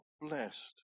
blessed